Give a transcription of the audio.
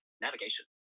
Navigation